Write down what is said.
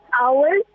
hours